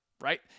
Right